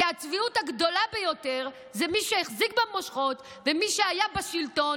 כי הצביעות הגדולה ביותר זה מי שהחזיק במושכות ומי שהיה בשלטון